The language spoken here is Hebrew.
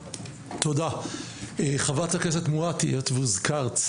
חברת הכנסת מואטי, בבקשה.